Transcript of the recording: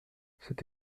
c’est